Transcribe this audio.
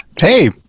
Hey